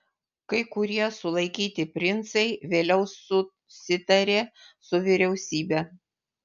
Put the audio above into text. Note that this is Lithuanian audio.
kai kurie sulaikyti princai vėliau susitarė su vyriausybe